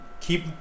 keep